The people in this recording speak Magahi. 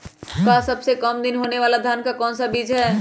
सबसे काम दिन होने वाला धान का कौन सा बीज हैँ?